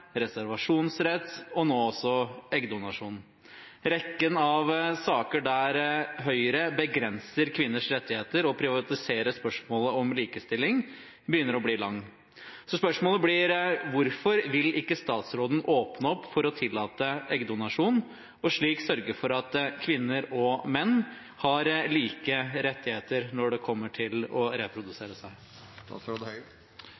reservasjonsrett og nå eggdonasjon. Rekken av saker som begrenser kvinners rettigheter og privatiserer spørsmålet om likestilling begynner å bli lang. Hvorfor vil ikke statsråden åpne for å tillate eggdonasjon, og slik sørge for at kvinner og menn har like rettigheter?» Som varslet i regjeringsplattformen vil denne regjeringen evaluere bioteknologiloven. Vi har som plan å